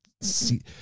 see